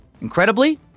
Incredibly